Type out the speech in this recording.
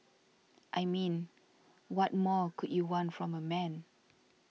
I mean what more could you want from a man